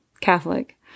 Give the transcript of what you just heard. Catholic